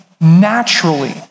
naturally